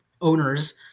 owners